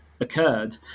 occurred